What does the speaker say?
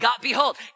Behold